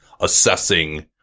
assessing